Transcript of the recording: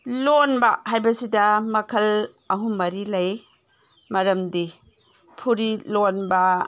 ꯂꯣꯟꯕ ꯍꯥꯏꯕꯁꯤꯗ ꯃꯈꯜ ꯑꯍꯨꯝ ꯃꯔꯤ ꯂꯩ ꯃꯔꯝꯗꯤ ꯐꯨꯔꯤꯠ ꯂꯣꯟꯕ